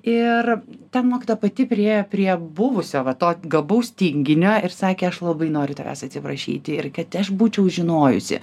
ir ten mokyta pati priėjo prie buvusio va to gabaus tinginio ir sakė aš labai noriu tavęs atsiprašyti ir kad aš būčiau žinojusi